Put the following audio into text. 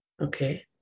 Okay